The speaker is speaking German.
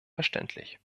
verständlich